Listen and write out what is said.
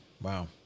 Wow